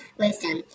wisdom